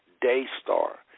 Daystar